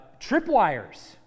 tripwires